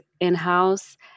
in-house